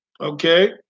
Okay